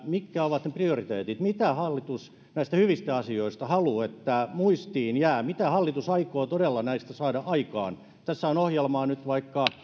mitkä ovat ne prioriteetit mitä hallitus näistä hyvistä asioista haluaa muistiin jäävän mitä hallitus aikoo todella näistä saada aikaan tässä on ohjelmaa nyt vaikka